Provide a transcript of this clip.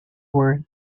were